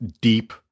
deep